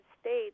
States